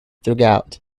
throughout